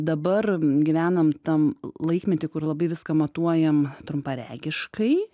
dabar gyvenam tam laikmety kur labai viską matuojam trumparegiškai